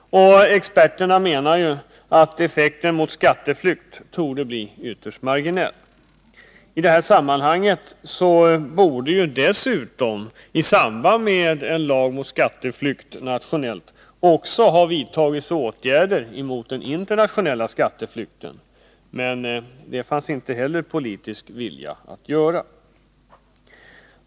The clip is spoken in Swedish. Och experterna menar att effekten mot skatteflykt torde bli ytterst marginell. Dessutom borde, i samband med en lag mot skatteflykt nationellt, åtgärder ha vidtagits mot den internationella skatteflykten, men därtill fanns inte heller någon politisk vilja.